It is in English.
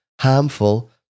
harmful